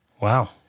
Wow